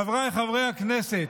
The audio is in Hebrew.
חבריי חברי הכנסת,